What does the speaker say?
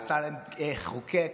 אמסלם חוקק,